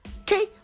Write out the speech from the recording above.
okay